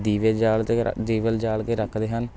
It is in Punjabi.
ਦੀਵੇ ਜਾਲ ਦੇ ਆ ਦੀਵਲ ਜਾਲ ਕੇ ਰੱਖਦੇ ਹਨ